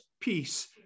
peace